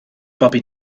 bobi